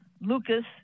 Lucas